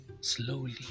slowly